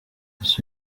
ese